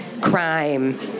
crime